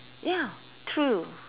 ya true